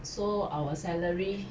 so our salary